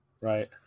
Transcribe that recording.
Right